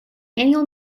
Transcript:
annual